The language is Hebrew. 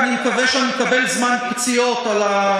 אני רק מקווה שאני מקבל זמן פציעות על,